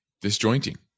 disjointing